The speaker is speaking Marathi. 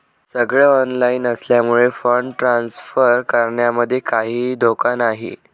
सगळ ऑनलाइन असल्यामुळे फंड ट्रांसफर करण्यामध्ये काहीही धोका नाही